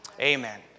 Amen